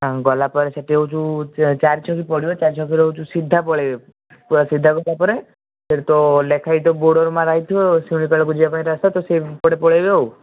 ଆଉ ଗଲାପରେ ସେଇଟି ହେଉଛୁ ଚାରି ଛକି ପଡ଼ିବ ଚାରି ଛକିରୁ ହେଉଛୁ ସିଧା ପଳାଇବେ ପୁରା ସିଧା ଗଲାପରେ ସେଇଟି ତ ଲେଖା ହେଇଥିବା ବୋର୍ଡ଼ ମାରା ହେଇଥିବ ଶିମିଳିପାଳକୁ ଯିବାପାଇଁ ରାସ୍ତା ତ ସେଇପଟେ ପଳାଇବେ ଆଉ